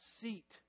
seat